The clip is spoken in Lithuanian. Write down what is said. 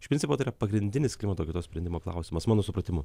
iš principo tai yra pagrindinis klimato kaitos sprendimo klausimas mano supratimu